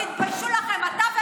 אתה פונה אליהם,